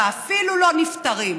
ואפילו לא נפטרים.